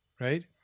right